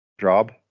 job